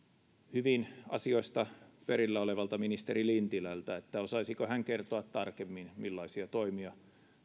hyvin asioista perillä olevalta ministeri lintilältä osaatteko kertoa tarkemmin millaisia toimia